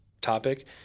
topic